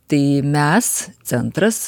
tai mes centras